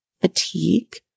fatigue